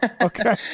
Okay